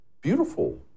beautiful